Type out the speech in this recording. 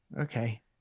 okay